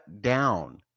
down